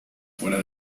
fuera